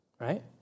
right